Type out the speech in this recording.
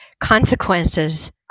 consequences